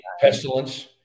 Pestilence